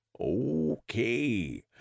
Okay